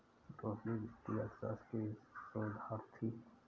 रोहिणी वित्तीय अर्थशास्त्र की शोधार्थी है